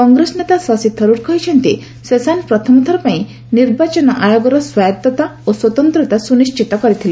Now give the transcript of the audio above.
କଂଗ୍ରେସ ନେତା ଶଶିଥରୁର୍ କହିଛନ୍ତି ଶେଷାନ ପ୍ରଥମଥର ପାଇଁ ନିର୍ବାଚନ କମିଶନର ସ୍ୱାୟତ୍ତା ଓ ସ୍ୱତନ୍ତ୍ରତା ସୁନିଶ୍ଚିତ କରିଥିଲେ